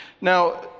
now